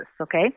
okay